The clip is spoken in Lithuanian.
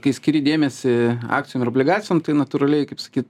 kai skiri dėmesį akcijom ir obligacijom tai natūraliai kaip sakyt